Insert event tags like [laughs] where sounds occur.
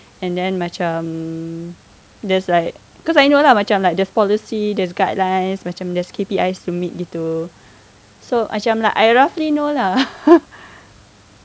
and then macam there's like cause I know lah macam like there's policy there's guidelines macam there's K_P_I to meet gitu so macam like I roughly know lah [laughs]